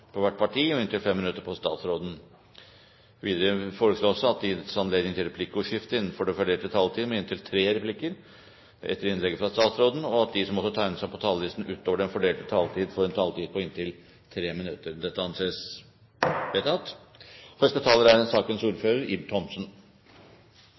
til hvert parti og inntil 5 minutter på statsråden. Videre foreslås det at det gis anledning til replikkordskifte på inntil tre replikker med svar etter innlegget fra statsråden innenfor den fordelte taletid, og at de som måtte tegne seg på talerlisten utover den fordelte taletid, får en taletid på inntil 3 minutter. – Det anses vedtatt. Media er